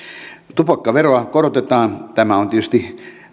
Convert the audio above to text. tupakkaveroa korotetaan tämä on tietysti